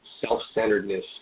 self-centeredness